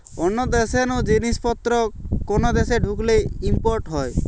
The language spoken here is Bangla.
অন্য দেশ নু জিনিস পত্র কোন দেশে ঢুকলে ইম্পোর্ট হয়